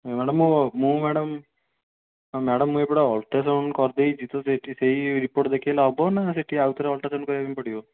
ହଁ ମ୍ୟାଡମ୍ ମୁଁ ମୁଁ ମ୍ୟାଡମ୍ ଆଉ ମ୍ୟାଡମ୍ ମୁଁ ଏଇପଟେ ଅଲଟ୍ରାସାଉଣ୍ଡ କରିଦେଇଛି ତ ସେଇଠି ସେଇ ରିପୋର୍ଟ ଦେଖାଇଲେ ହେବ ନା ସେଇଠି ଆଉଥରେ ଅଲଟ୍ରାସାଉଣ୍ଡ କରିବା ପାଇଁ ପଡ଼ିବ